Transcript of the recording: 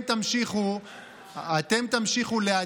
אתם תמשיכו להדהד,